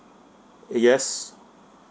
yes